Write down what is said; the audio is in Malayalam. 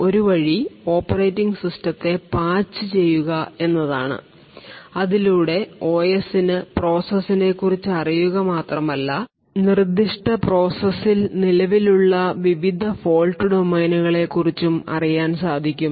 ഒരു വഴി ഓപ്പറേറ്റിംഗ് സിസ്റ്റത്തെ പാച്ച് ചെയ്യുക എന്നതാണ് അതിലൂടെ OS ന് പ്രോസസ്സിനെക്കുറിച്ച് അറിയുക മാത്രമല്ല നിർദ്ദിഷ്ട പ്രോസസ്സിൽ നിലവിലുള്ള വിവിധ ഫോൾട് ഡൊമെയ്നുകളെക്കുറിച്ചും അറിയാൻ സാധിക്കും